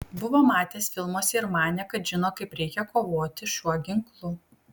buvo matęs filmuose ir manė kad žino kaip reikia kovoti šiuo ginklu